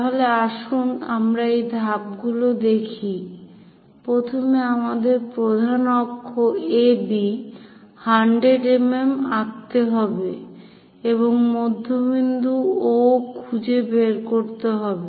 তাহলে আসুন আমরা এই ধাপগুলো দেখি প্রথমে আমাদের প্রধান অক্ষ AB 100 mm আঁকতে হবে এবং মধ্যবিন্দু O খুঁজে বের করতে হবে